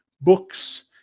books